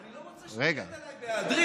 אני לא רוצה שתרד עליי בהיעדרי.